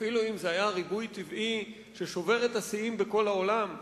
אפילו אם זה היה ריבוי טבעי ששובר את השיאים בכל העולם,